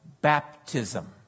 baptism